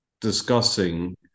discussing